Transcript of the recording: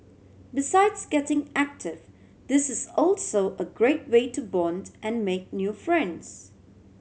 besides getting active this is also a great way to bond and make new friends